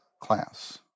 class